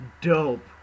dope